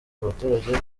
abaturage